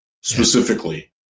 specifically